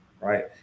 right